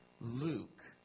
Luke